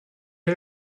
est